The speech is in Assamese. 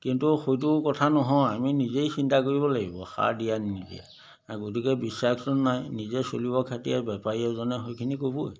কিন্তু সেইটো কথা নহয় আমি নিজেই চিন্তা কৰিব লাগিব সাৰ দিয়ানে নিদিয়া গতিকে বিশ্বাসটো নাই নিজে চলিবৰ খাতিৰত বেপাৰী এজনে সেইখিনি ক'বই